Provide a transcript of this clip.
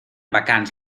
vacants